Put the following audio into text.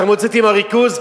אתה מוציא אותי מהריכוז,